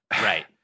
Right